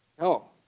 No